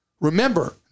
Remember